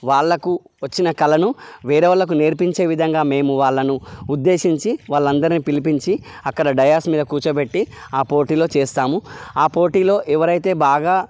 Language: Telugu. వాళ్ళకు వచ్చిన కళను వేరే వాళ్ళకు నేర్పించే విధంగా మేము వాళ్ళను ఉద్దేశించి వాళ్ళందరనీ పిలిపించి అక్కడ డయాస్ మీద కూర్చోబెట్టి ఆ పోటీలో చేస్తాము ఆ పోటీలో ఎవరైతే బాగా